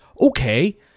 Okay